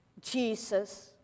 Jesus